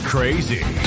Crazy